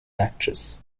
actress